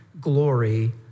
glory